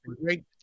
great